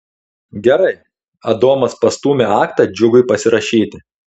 gerai adomas pastūmė aktą džiugui pasirašyti